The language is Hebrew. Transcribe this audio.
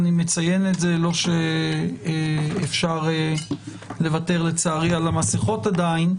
לא שאפשר לוותר לצערי על המסכות עדיין,